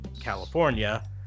California